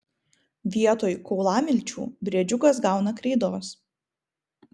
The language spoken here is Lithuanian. vietoj kaulamilčių briedžiukas gauna kreidos